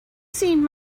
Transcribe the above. seen